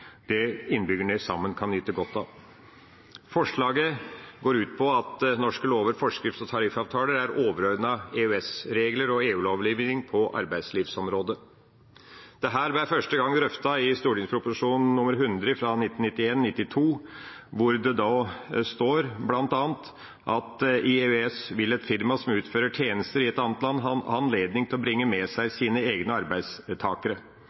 som innbyggerne sammen kan nyte godt av. Forslaget går ut på at norske lover, forskrifter og tariffavtaler er overordnet EØS-regler og EU-lovgivning på arbeidslivsområdet. Dette ble første gang drøftet i St.prp. nr. 100 for 1991–1992, hvor det bl.a. står: «I EØS vil et firma som utfører tjenester i et annet land, ha anledning til å bringe med seg sine egne arbeidstakere.